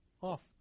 off